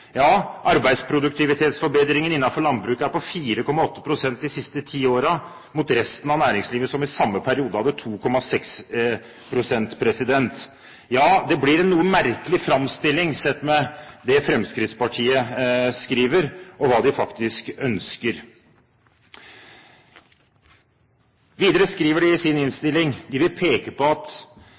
Ja, arbeidsproduktivitetsforbedringen innenfor landbruk er på 4,8 pst. de siste ti årene, mot i resten av næringslivet i samme periode på 2,6 pst. Ja, det blir en noe merkelig framstilling sett på bakgrunn av det Fremskrittspartiet skriver, og hva de faktisk ønsker. Videre skriver de i sine merknader at de «vil påpeke at